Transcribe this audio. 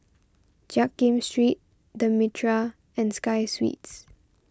Jiak Kim Street the Mitraa and Sky Suites